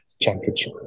championship